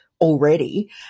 already